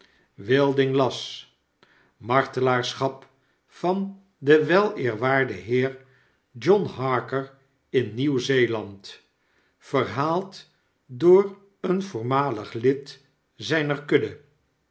wilding las martelaarschap van den weleerwaarden heer john harker in nieuw-zeeland verhaald door een voormalig lid zijner kudde